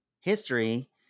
history